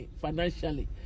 financially